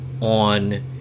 on